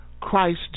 Christ